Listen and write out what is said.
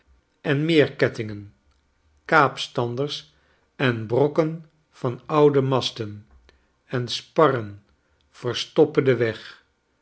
en meer kettingen kaapstanders en brokken van oude masten en sparren verstoppen den weg